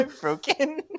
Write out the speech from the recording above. broken